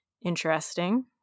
interesting